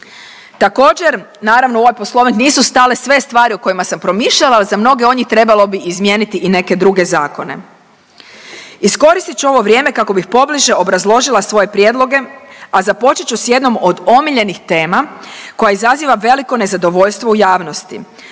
Također, naravno, u ovaj Poslovnik nisu stale sve stvari o kojima sam promišljala, ali za mnoge od njih trebalo bi izmijeniti i neke druge zakone. Iskoristit ću ovo vrijeme kako bih pobliže obrazložila svoje prijedloge, a započet ću s jednom od omiljenih tema koja izaziva veliko nezadovoljstvo u javnosti,